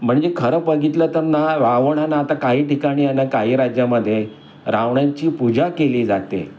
म्हणजे खरं बघितलं तर ना रावणा आता काही ठिकाणी ना काही राज्यामध्ये रावणांची पूजा केली जाते